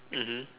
mmhmm